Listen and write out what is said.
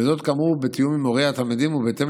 וזאת כאמור בתיאום עם הורי התלמידים ובהתאם